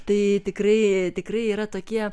tai tikrai tikrai yra tokie